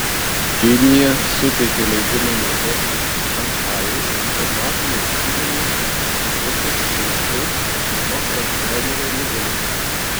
kinija suteikė leidimą naudoti šanchajaus farmacinės įmonės sukurtus vaistus nuo alzhaimerio ligos